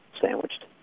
Sandwiched